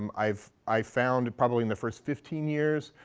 um i've i've found probably in the first fifteen years,